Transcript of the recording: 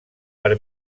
per